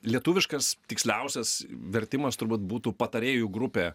lietuviškas tiksliausias vertimas turbūt būtų patarėjų grupė